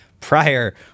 prior